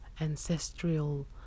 ancestral